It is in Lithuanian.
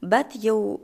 bet jau